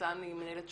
וניצן מנהלת שותפה,